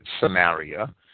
Samaria